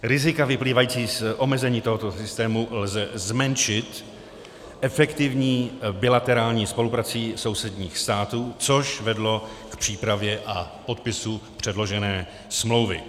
Rizika vyplývající z omezení tohoto systému lze zmenšit efektivní bilaterální spoluprací sousedních států, což vedlo k přípravě a podpisu předložené smlouvy.